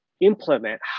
implement